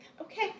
okay